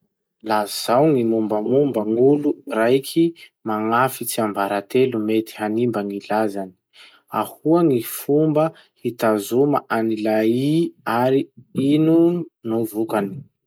Lazao gny mombamomba gn'olo raiky magnafy tsiambaratelo mety hanimba gny lazany. Ahoa gny fomba hitazoma an'ilay ii ary ino no vokay?